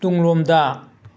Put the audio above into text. ꯇꯨꯡꯂꯣꯝꯗ